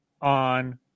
on